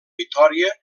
vitòria